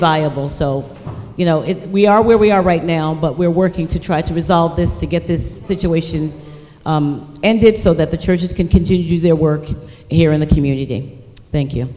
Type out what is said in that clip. viable so you know if we are where we are right now but we're working to try to resolve this to get this situation ended so that the churches can continue their work here in the community thank you